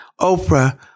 Oprah